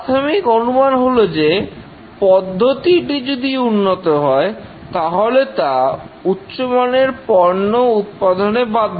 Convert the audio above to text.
প্রাথমিক অনুমান হলো যে পদ্ধতিটি যদি উন্নত হয় তাহলে তা উচ্চমানের পণ্য উৎপাদনে বাধ্য